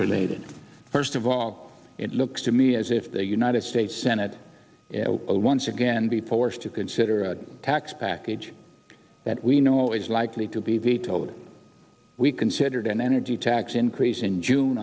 related first of all it looks to me as if the united states senate a once again be forced to consider a tax package that we know is likely to be vetoed we considered an energy tax increase in june